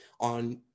on